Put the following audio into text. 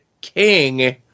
king